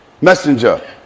messenger